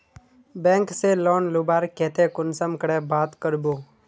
Bank से loan लुबार केते कुंसम करे बात करबो?